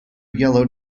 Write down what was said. yellow